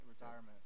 retirement